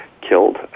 killed